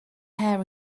hair